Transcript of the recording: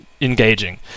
engaging